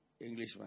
Englishman